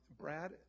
Brad